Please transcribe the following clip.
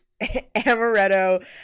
amaretto